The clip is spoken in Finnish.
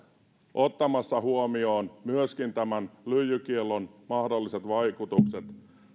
ottamassa huomioon myöskin tämän lyijykiellon mahdolliset vaikutukset